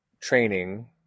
training